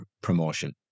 promotion